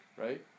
right